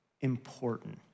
important